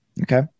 Okay